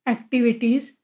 Activities